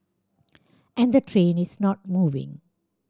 and the train is not moving